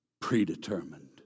predetermined